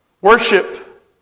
Worship